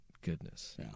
Goodness